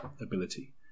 ability